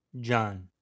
John